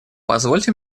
позвольте